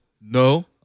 No